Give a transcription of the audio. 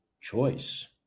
choice